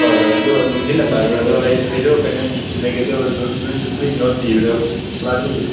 ꯍꯣꯏ ꯍꯣꯏ ꯑꯗꯨ ꯇꯥꯒ꯭ꯔꯗꯨ ꯑꯩꯁꯨ ꯀꯩꯅꯣ ꯏꯁꯤꯜꯂꯒꯦ ꯑꯗꯨ ꯅꯣꯠꯁ ꯅꯣꯏ ꯏꯕꯗꯨ ꯀ꯭ꯂꯥꯁꯇꯒꯤ